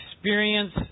experience